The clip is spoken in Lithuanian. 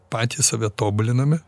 patys save tobuliname